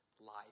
life